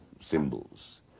Symbols